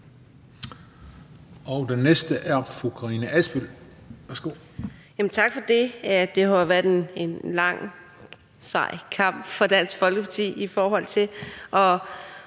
Værsgo. Kl. 16:36 Karina Adsbøl (DF): Tak for det. Det har været en lang og sej kamp for Dansk Folkeparti i forhold til at